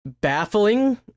baffling